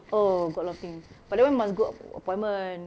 oh got a lot of things but that [one] must go appointment